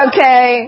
Okay